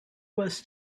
was